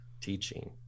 teaching